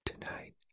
Tonight